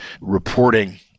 reporting